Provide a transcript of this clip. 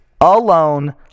alone